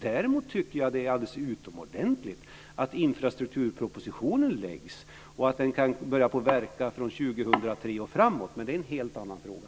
Däremot tycker jag att det är alldeles utomordentligt att infrastrukturpropositionen lagts fram och att den kan börja verka från 2003 och framåt. Men det är en helt annan fråga.